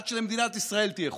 עד שלמדינת ישראל תהיה חוקה.